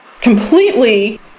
completely